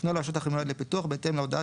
יוקנה לו השטח המיועד לפיתוח בהתאם להודעה